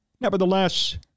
Nevertheless